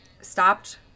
stopped